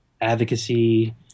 advocacy